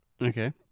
Okay